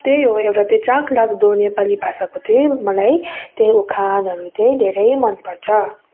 त्यही हो एउटा त्यो चाख लाग्दो नेपाली भाषाको चाहिँ मलाई त्यही उखानहरू चाहिँ धेरै मन पर्छ